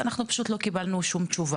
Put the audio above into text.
ואנחנו פשוט לא קיבלנו כל מענה.